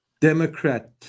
Democrat